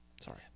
Sorry